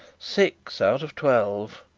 six out of twelve!